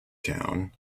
town